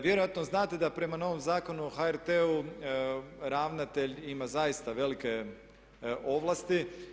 Vjerojatno znate da prema novom Zakonu o HRT-u ravnatelj ima zaista velike ovlasti.